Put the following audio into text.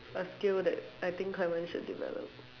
a skill that I think clement should develop